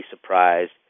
surprised